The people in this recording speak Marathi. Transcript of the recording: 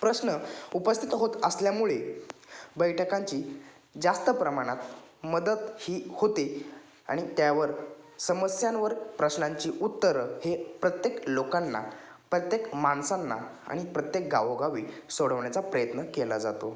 प्रश्न उपस्थित होत असल्यामुळे बैठकांची जास्त प्रमाणात मदत ही होते आणि त्यावर समस्यांवर प्रश्नांची उत्तरं हे प्रत्येक लोकांना प्रत्येक माणसांना आणि प्रत्येक गावोगावी सोडवण्याचा प्रयत्न केला जातो